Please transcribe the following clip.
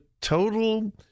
total